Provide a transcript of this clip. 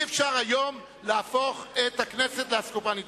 אי-אפשר היום להפוך את הכנסת לאסקופה נדרסת.